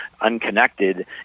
unconnected